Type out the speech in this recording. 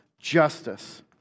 justice